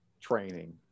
training